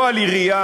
לא על עירייה,